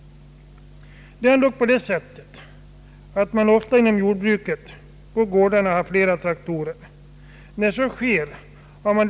Inom jordbruket är det inte ovanligt att man har flera traktorer på gårdarna.